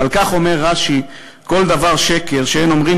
ועל כך אומר רש"י: כל דבר שקר שאין אומרים